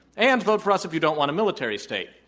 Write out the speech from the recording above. and, vote for us if you don't want a military state.